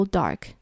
dark